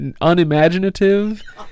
unimaginative